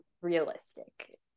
realistic